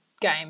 game